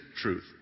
truth